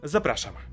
Zapraszam